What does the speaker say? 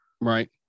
Right